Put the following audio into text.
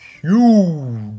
Huge